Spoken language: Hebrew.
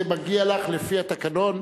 זה מגיע לך לפי התקנון,